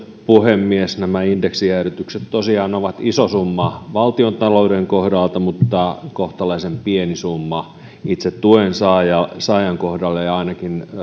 puhemies nämä indeksijäädytykset tosiaan ovat iso summa valtiontalouden kohdalla mutta kohtalaisen pieni summa itse tuensaajan kohdalla ja ainakin